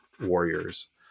warriors